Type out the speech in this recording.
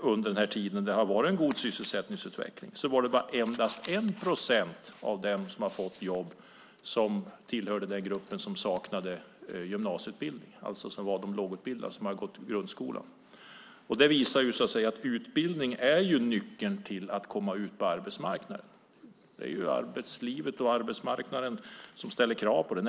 under den tid då det har varit en god sysselsättningsutveckling är det endast 1 procent som tillhör den grupp som saknar gymnasieutbildning, alltså de lågutbildade som bara har gått grundskola. Det visar att utbildning är nyckeln till att komma ut på arbetsmarknaden. Det är ju arbetslivet och arbetsmarknaden som ställer krav på detta.